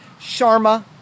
Sharma